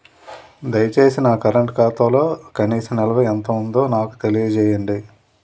దయచేసి నా కరెంట్ ఖాతాలో కనీస నిల్వ ఎంత ఉందో నాకు తెలియజేయండి